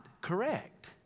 correct